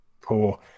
poor